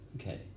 Okay